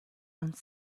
und